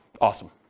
Awesome